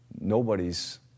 nobody's